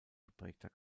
geprägter